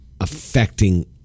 affecting